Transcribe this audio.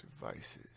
Devices